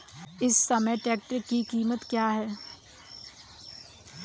इस समय ट्रैक्टर की कीमत क्या है?